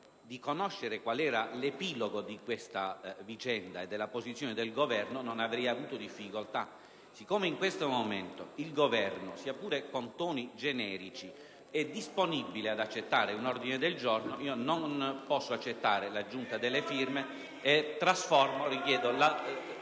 conosciuto prima l'epilogo di questa vicenda e la posizione del Governo, non avrei avuto difficoltà. Ma poiché in questo momento il Governo, sia pure con toni generici, è disponibile ad accettare un ordine del giorno, non posso accettare l'aggiunta delle firme. *(Vivaci commenti